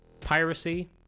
piracy